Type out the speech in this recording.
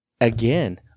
again